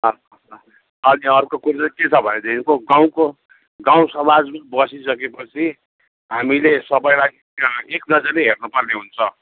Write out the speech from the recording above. अँ ल ल अनि अर्को कुरो चाहिँ के छ भनेदेखिको गाउँको गाउँ समाजमा बसिसके पछि हामीले सबैलाई एक नजरले हेर्नु पर्ने हुन्छ